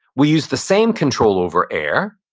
we use the same control over air.